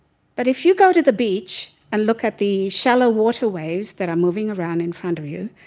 but if you go to the beach and look at the shallow water waves that are moving around in front of you,